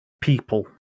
people